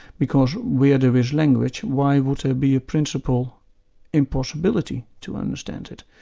because where there is language, why would there be a principal impossibility to understand it?